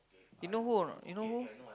you know who or not you know who